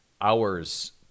hours